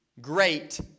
great